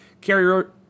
carrier